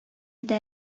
иде